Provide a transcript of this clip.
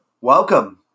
Welcome